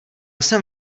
jsem